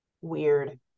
weird